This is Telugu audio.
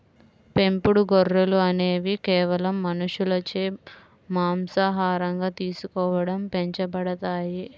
పెంపుడు గొర్రెలు అనేవి కేవలం మనుషులచే మాంసాహారంగా తీసుకోవడం పెంచబడతాయి